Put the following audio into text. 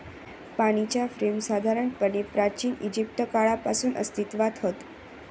पाणीच्या फ्रेम साधारणपणे प्राचिन इजिप्त काळापासून अस्तित्त्वात हत